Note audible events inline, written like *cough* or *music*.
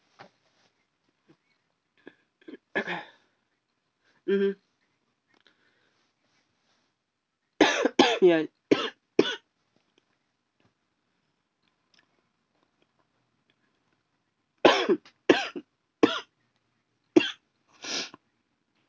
*noise* mmhmm *coughs* ya *coughs*